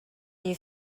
you